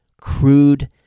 crude